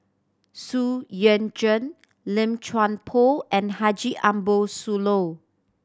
Xu Yuan Zhen Lim Chuan Poh and Haji Ambo Sooloh